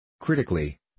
Critically